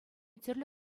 тӗрлӗ